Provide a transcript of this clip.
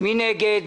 מי נגד?